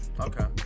Okay